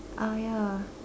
uh ya